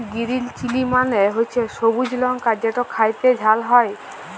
গিরিল chilli মালে হছে সবুজ লংকা যেট খ্যাইতে ঝাল হ্যয়